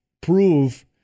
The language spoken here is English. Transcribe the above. prove